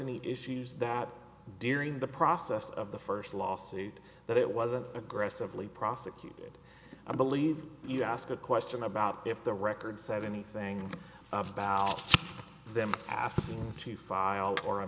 any issues that during the process of the first lawsuit that it wasn't aggressively prosecuted i believe you ask a question about if the records said anything about them asking to file or a